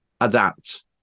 adapt